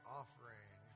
offering